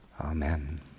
amen